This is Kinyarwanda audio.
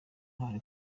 twali